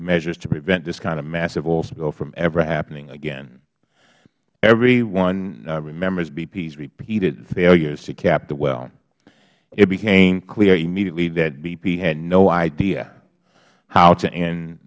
measures to prevent this kind of massive oil spill from ever happening again everyone remembers bp's repeated failures to cap the well it became clear immediately that bp had no idea how to end